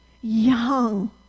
young